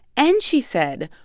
and she said,